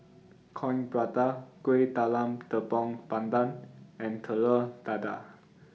Coin Prata Kueh Talam Tepong Pandan and Telur Dadah